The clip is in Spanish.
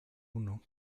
uno